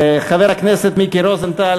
חבר הכנסת מיקי רוזנטל,